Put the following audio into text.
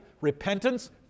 repentance